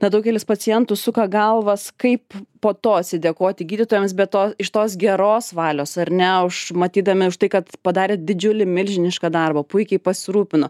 na daugelis pacientų suka galvas kaip po to atsidėkoti gydytojams be to iš tos geros valios ar ne už matydami už tai kad padarė didžiulį milžinišką darbą puikiai pasirūpino